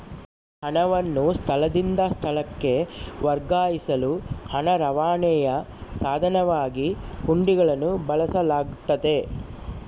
ಹಣವನ್ನು ಸ್ಥಳದಿಂದ ಸ್ಥಳಕ್ಕೆ ವರ್ಗಾಯಿಸಲು ಹಣ ರವಾನೆಯ ಸಾಧನವಾಗಿ ಹುಂಡಿಗಳನ್ನು ಬಳಸಲಾಗ್ತತೆ